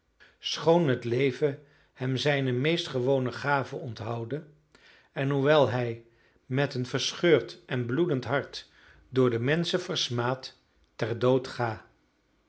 schoon het leven hem zijne meest gewone gaven onthoude en hoewel hij met een verscheurd en bloedend hart door de menschen versmaad ter dood ga